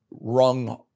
rung